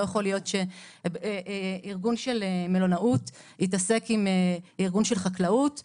לא יכול להיות שארגון של מלונאות יתעסק עם ארגון של חקלאות ולהפך.